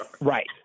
Right